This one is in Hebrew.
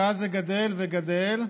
ואז זה גדל וגדל,